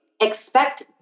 expect